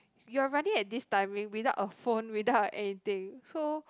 you are running at this timing without a phone without of anything so